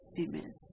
Amen